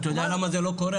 אתה יודע למה זה לא קורה?